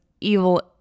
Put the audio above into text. evil